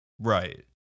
Right